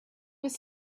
was